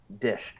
dish